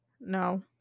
No